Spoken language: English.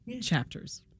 chapters